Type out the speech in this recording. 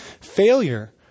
failure